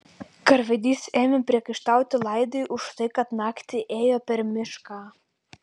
karvedys ėmė priekaištauti laidei už tai kad naktį ėjo per mišką